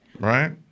right